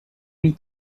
mis